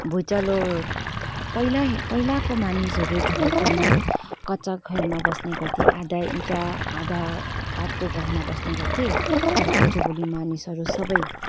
भुइँचालो पहिला पहिलाको मानिसहरू झोपडी कच्चा घरमा बस्ने गर्थे आधा ईटा आधा काठको घरमा बस्ने गर्थे तर आज भोलि मानिसहरू सबै